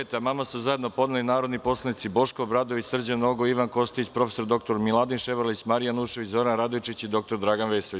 Na član 55. amandman su zajedno podneli narodni poslanici Boško Obradović, Srđan Nogo, Ivan Kostić, prof. dr Miladin Ševarlić, Marija Janjušević, Zoran Radojičić i dr Dragan Vesović.